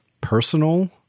personal